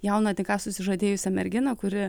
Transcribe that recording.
jauną tik ką susižadėjusią merginą kuri